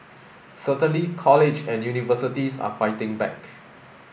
certainly college and universities are fighting back